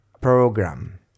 program